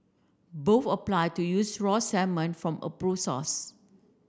both apply to use raw salmon from approve source